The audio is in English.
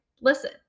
Listen